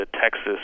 Texas